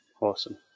Awesome